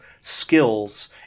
skills